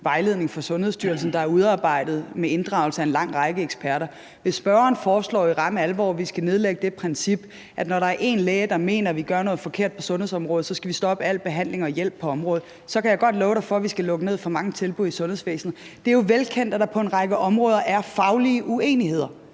vejledning fra Sundhedsstyrelsen, der er udarbejdet med inddragelse af en lang række eksperter. Hvis spørgeren i ramme alvor foreslår, at vi skal følge det princip, at når der er én læge, der mener, at vi gør noget forkert på sundhedsområdet, skal vi stoppe al behandling og hjælp på området, så kan jeg godt love spørgeren for, at vi skal lukke ned for mange tilbud i sundhedsvæsenet. Det er jo velkendt, at der på en række områder er faglig uenighed.